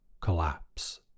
collapse